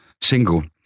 single